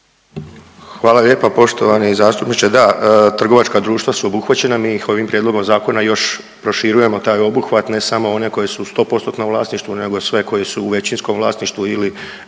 Hvala lijepa poštovani zastupniče. Da, trgovačka društva su obuhvaćena. Mi ih ovim prijedlogom zakona još proširujemo taj obuhvat ne samo one koje su u sto postotnom vlasništvu nego sve koje su u većinskom vlasništvu ili